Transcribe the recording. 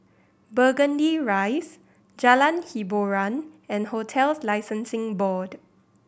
Burgundy Rise Jalan Hiboran and Hotels Licensing Board